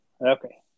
Okay